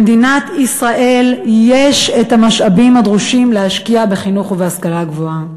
למדינת ישראל יש המשאבים הדרושים להשקיע בחינוך ובהשכלה גבוהה,